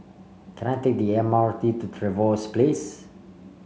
can I take the M R T to Trevose Place